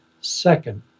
second